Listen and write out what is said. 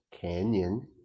canyon